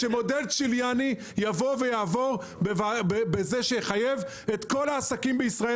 שמודל צ'יליאני יעבור ויחייב את כל העסקים בישראל?